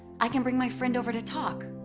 i can bring my friend over to talk,